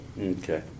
Okay